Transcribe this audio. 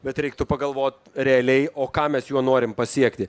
bet reiktų pagalvot realiai o ką mes juo norim pasiekti